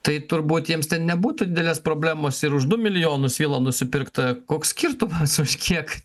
tai turbūt jiems ten nebūtų didelės problemos ir už du milijonus vila nusipirkt koks skirtumas už kiek